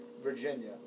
Virginia